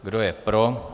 Kdo je pro?